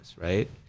Right